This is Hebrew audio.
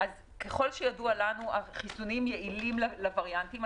ככל שידוע לנו, חיסונים יעילים לווריאנטים.